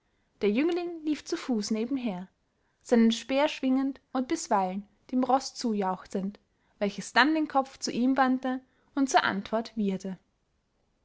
der jüngling lief zu fuß nebenher seinen speer schwingend und bisweilen dem roß zujauchzend welches dann den kopf zu ihm wandte und zur antwort